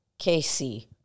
KC